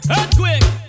Earthquake